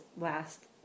last